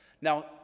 Now